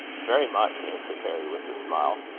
very much, answered harry with a smile.